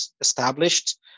established